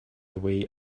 away